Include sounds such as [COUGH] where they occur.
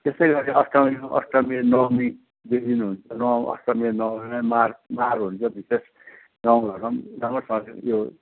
त्यसै गरी अष्टमीमा अष्टमी र नवमी दुई दिन हुन्छ नव अष्टमी र नवमीमा मार मार हुन्छ विशेष गाउँ घरमा यो [UNINTELLIGIBLE]